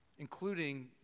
including